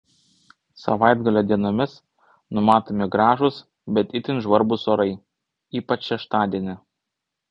savaitgalio dienomis numatomi gražūs bet itin žvarbus orai ypač šeštadienį